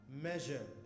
measure